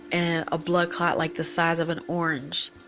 and a blood clot like the size of an orange.